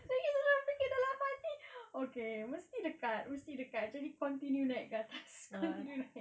saya ingat saya fikir dalam hati okay mesti dekat mesti dekat jadi continue naik ke atas continue naik